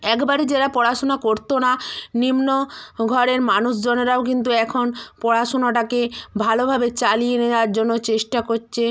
একবারেই যারা পড়াশুনা করতো না নিম্ন ঘরের মানুষজনেরাও কিন্তু এখন পড়াশুনাটাকে ভালোভাবে চালিয়ে নেওয়ার জন্য চেষ্টা করছে